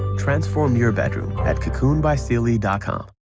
transform your bedroom, at cocoonbysealy com.